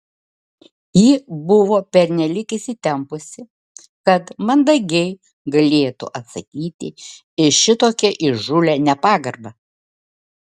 ji buvo pernelyg įsitempusi kad mandagiai galėtų atsakyti į šitokią įžūlią nepagarbą